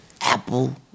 Apple